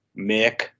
Mick